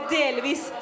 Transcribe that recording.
delvis